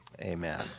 Amen